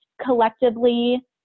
collectively